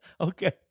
Okay